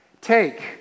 take